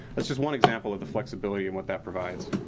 that's just one example of the flexibility and what that provides.